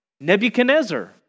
Nebuchadnezzar